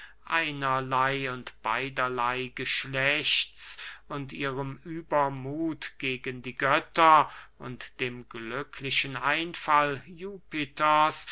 einerley und beiderley geschlechts und ihrem übermuth gegen die götter und dem glücklichen einfall jupiters